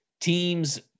teams